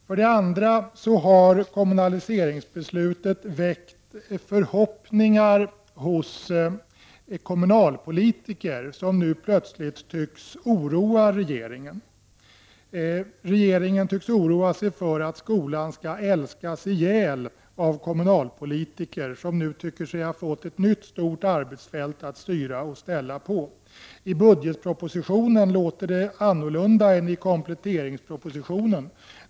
För det andra har kommunaliseringsbeslutet väckt förhoppningar hos kommunalpolitiker som nu plötsligt tycks oroa regeringen. Regeringen tycks oroa sig för att skolan skall älskas ihjäl av kommunalpolitiker, som nu tycker sig ha fått ett nytt stort arbetsfält att styra och ställa på. I budgetpropositionen låter det annorlunda än i kompletteringspropositionen.